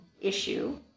issue